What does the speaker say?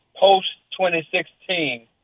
post-2016